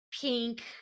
pink